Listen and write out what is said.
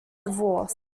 divorced